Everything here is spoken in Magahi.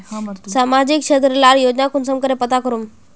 सामाजिक क्षेत्र लार योजना कुंसम करे पता करूम?